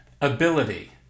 ability